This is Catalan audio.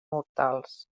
mortals